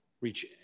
reach